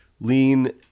lean